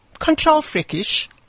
Control-freakish